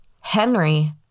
Henry